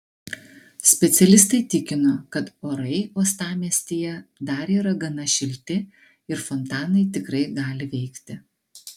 specialistai tikino kad orai uostamiestyje dar yra gana šilti ir fontanai tikrai gali veikti